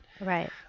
Right